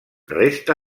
resta